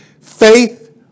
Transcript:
faith